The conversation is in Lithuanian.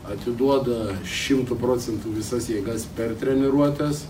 atiduoda šimtu procentų visas jėgas per treniruotes